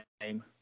name